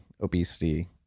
Obesity